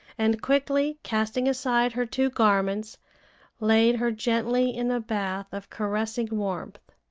and quickly casting aside her two garments laid her gently in a bath of caressing warmth.